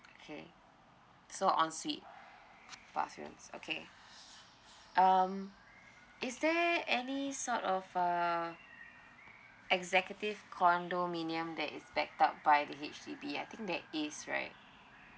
okay so on suite five nights okay um is there any sort of uh executive condominium that is backed up by the H_D_B I think there is right